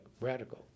Radical